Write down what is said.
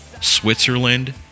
Switzerland